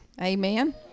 Amen